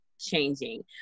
changing